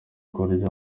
kurya